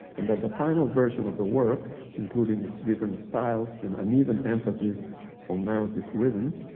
and that the final version of the work, including its different styles and uneven emphasize of narrative rhythm,